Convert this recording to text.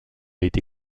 été